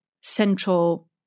central